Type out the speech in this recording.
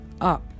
up